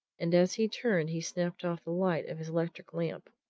and as he turned he snapped off the light of his electric lamp,